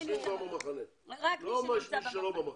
שיושבים כבר במחנה, לא מי שלא במחנה.